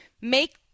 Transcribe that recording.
make